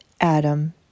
Adam